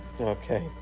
Okay